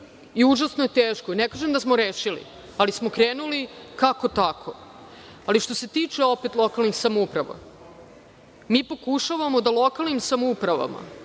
i užasno je teško. Ne kažem da smo rešili, ali smo krenuli kako-tako. Što se tiče opet lokalnih samouprava, pokušavamo da lokalnim samoupravama